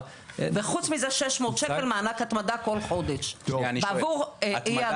וחוץ מזה 600 שקלים מענק התמדה כל חודש בעבור אי היעדרות.